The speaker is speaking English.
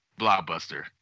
Blockbuster